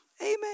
Amen